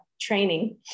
training